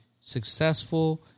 successful